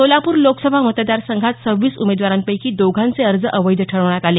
सोलापूर लोकसभा मतदार संघात सव्वीस उमेदवारांपैकी दोघांचे अर्ज अवैध ठरवण्यात आले